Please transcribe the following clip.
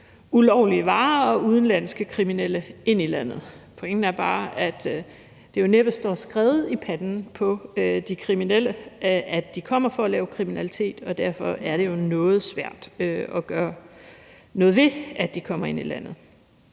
ulovlige varer og udenlandske kriminelle ind i landet. Pointen er bare, at det jo næppe står skrevet i panden på de kriminelle, at de kommer for at lave kriminalitet, og derfor er det jo noget svært at gøre noget ved, at de kommer ind i landet.